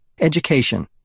Education